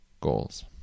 goals